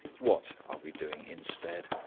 what are we doing instead?